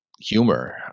humor